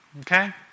Okay